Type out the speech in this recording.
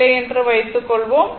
இல்லை என்று வைத்துக் கொள்வோம்